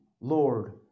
Lord